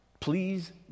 Please